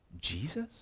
Jesus